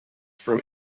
from